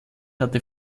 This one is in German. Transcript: hatte